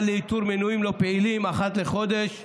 לאיתור מנויים לא פעילים אחת לחודש,